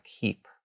keep